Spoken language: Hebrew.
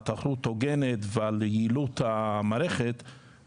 על תחרות הוגנת ועל יעילות המערכת,